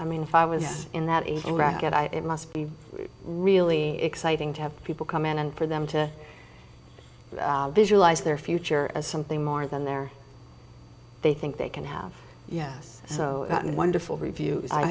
i mean if i was in that age and back at i it must be really exciting to have people come in and for them to visualize their future as something more than there they think they can have yes so i mean wonderful reviews i